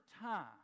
time